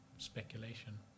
speculation